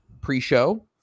pre-show